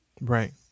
Right